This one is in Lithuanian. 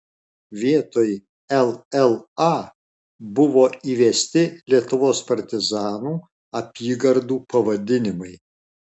vietoj lla buvo įvesti lietuvos partizanų apygardų pavadinimai